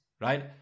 right